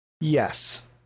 Yes